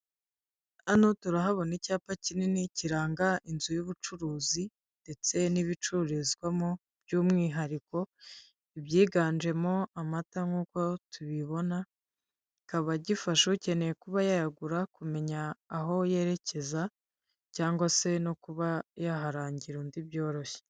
Hano turahabona icyapa kinini kiranga inzu y'ubucuruzi ndetse n'ibicururizwamo by'umwihariko ibyiganjemo amata nkuko tubibona, kikaba gifasha ukeneye kuba yayagura kumenya aho yerekeza cyangwa se no kuba yaharangira undi byoroshye.